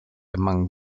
among